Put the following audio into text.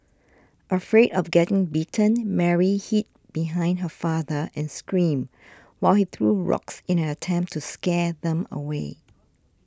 afraid of getting bitten Mary hid behind her father and screamed while he threw rocks in an attempt to scare them away